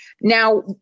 Now